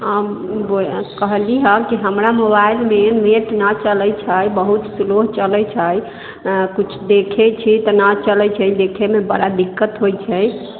हम कहली हऽ कि हमरा मोबाइलमे नेट नऽ चलै छै बहुत स्लो चलै छै किछु देखै छी तऽ नऽ चलै छै देखयमे बड़ा दिक्कत होइत छै